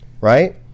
right